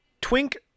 Twink